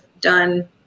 done